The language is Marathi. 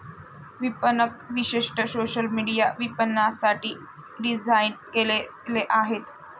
विपणक विशेषतः सोशल मीडिया विपणनासाठी डिझाइन केलेले आहेत